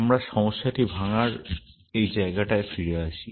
আমরা সমস্যাটি ভাঙার এই জায়গায় ফিরে আসি